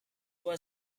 were